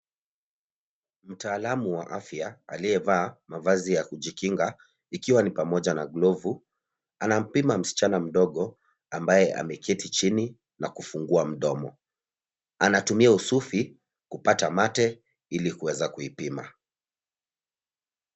Mtaalamu wa afya aliyevaa mavazi ya kujikinga ikiwa ni pamoja na glovu, anampima msichana mdogo ambaye ameketi chini na kufungua mdomo, anatumia usufi kupata mate ili kuweza kuipima.